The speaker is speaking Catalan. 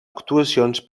actuacions